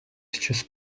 chess